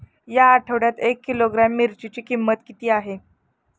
या आठवड्यात एक किलोग्रॅम मिरचीची किंमत किती आहे?